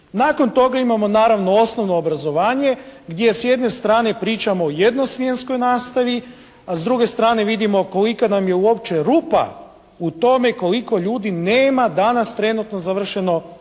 Nakon toga imamo naravno osnovno obrazovanje gdje s jedne strane pričamo o jednosmjenskoj nastavi a s druge strane vidimo kolika nam je uopće rupa u tome i koliko ljudi nema danas trenutno završeno osnovno